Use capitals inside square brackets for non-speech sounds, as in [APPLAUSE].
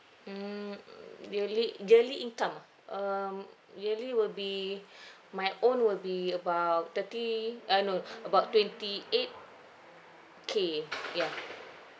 mm err yearly yearly income ah um yearly will be [BREATH] my own will be about thirty uh no [BREATH] about twenty eight K yeah